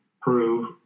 prove